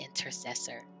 intercessor